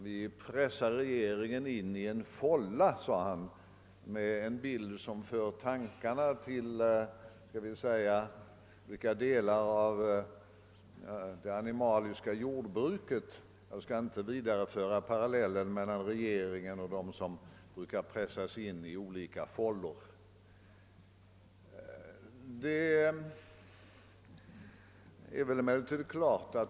Vi pressar regeringen in i en fålla, sade han med en bild som för tankarna till olika delar av det animaliska jordbruket — jag skall inte vidare utveckla parallellen mellan regeringen och dem som brukar pressas in i fållor.